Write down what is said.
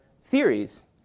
theories